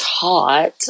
taught